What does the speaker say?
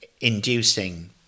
inducing